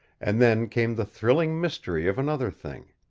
and then came the thrilling mystery of another thing.